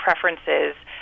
preferences